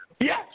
Yes